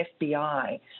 FBI